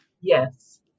Yes